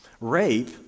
rape